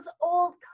old